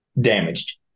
damaged